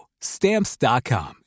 Stamps.com